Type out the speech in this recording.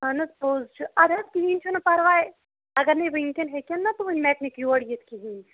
اہن حظ پوٗزٕ چھُ اَدٕ حظ کِہیٖنۍ چھُنہٕ پرواے اگر نے وٕنکٮ۪ن ہیٚکن نہ تُہٕندۍ میکنِک یور یِتھ کِہیٖنۍ